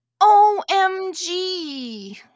OMG